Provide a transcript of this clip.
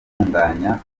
gutunganya